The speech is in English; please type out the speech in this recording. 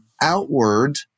outward